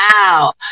wow